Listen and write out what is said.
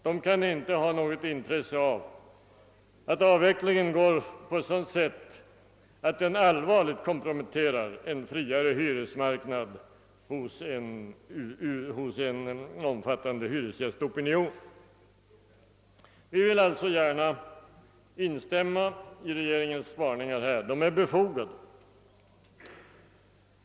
De kan inte ha något intresse av att avvecklingen sker på ett sådant sätt att den allvarligt komprometterar en friare hyresmarknad hos en omfattande hyresgästopinion. Vi vill alltså gärna instämma i regeringens varningar härvidlag, de är befogade.